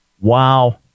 Wow